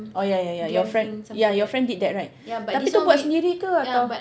oh ya ya ya ya your friend ya your friend did that right tapi tu buat sendiri ke atau